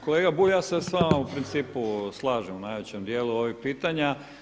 Kolega Bulj, ja se sa vama u principu slažem u najvećem dijelu ovih pitanja.